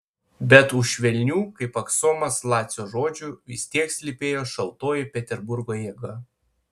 bet už švelnių kaip aksomas lacio žodžių vis tiek slypėjo šaltoji peterburgo jėga